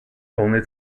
only